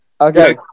okay